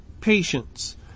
patience